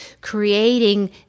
creating